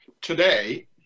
Today